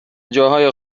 جاهای